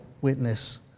witness